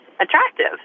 attractive